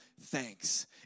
thanks